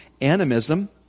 Animism